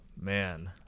man